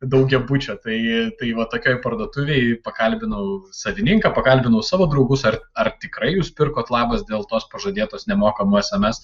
daugiabučio tai tai va tokioj parduotuvėj pakalbinau savininką pakalbinau savo draugus ar ar tikrai jūs pirkot labas dėl tos pažadėtos nemokamų sms